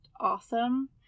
awesome